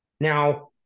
Now